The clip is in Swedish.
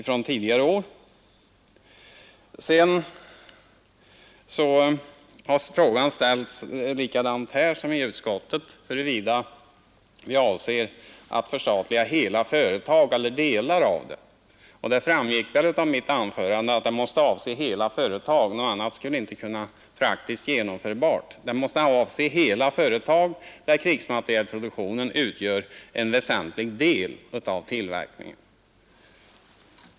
Frågan har ställts här liksom i utskottet, huruvida vi avser att förstatliga hela företag eller delar av dem. Det framgick av mitt anförande att det måste avse hela företag. Något annat är inte praktiskt genomförbart. Det måste alltså avse hela företag där krigsmaterielproduktionen utgör en väsentlig del av tillverkningen.